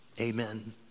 Amen